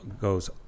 goes